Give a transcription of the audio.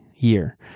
year